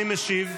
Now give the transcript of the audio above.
מי משיב,